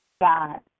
God